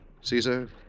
Caesar